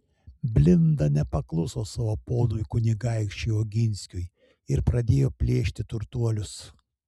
blinda nepakluso savo ponui kunigaikščiui oginskiui ir pradėjo plėšti turtuolius